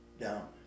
down